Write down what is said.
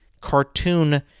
cartoon